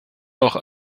auch